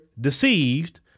deceived